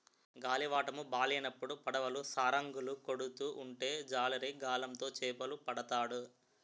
గాలివాటము బాలేనప్పుడు పడవలు సరంగులు కొడుతూ ఉంటే జాలరి గాలం తో చేపలు పడతాడు